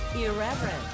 Irreverent